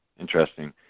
Interesting